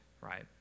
Right